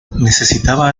necesitaba